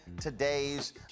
today's